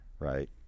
right